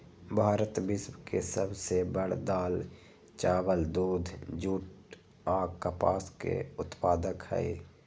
भारत विश्व के सब से बड़ दाल, चावल, दूध, जुट आ कपास के उत्पादक हई